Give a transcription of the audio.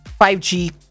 5G